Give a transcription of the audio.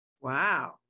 Wow